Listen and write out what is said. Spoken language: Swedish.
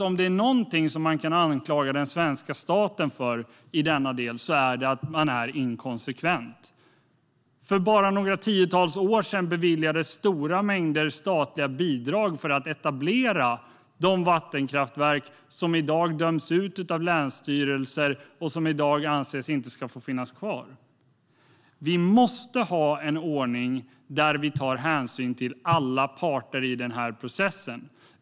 Om det är någonting som man kan anklaga den svenska staten för när det gäller det här är det att man är inkonsekvent. För bara några årtionden sedan beviljades stora mängder statliga bidrag för att etablera de vattenkraftverk som i dag döms ut av länsstyrelser och anses inte ska få finnas kvar. Vi måste ha en ordning där vi tar hänsyn till alla parter i den här processen.